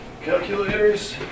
Calculators